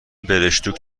برشتوک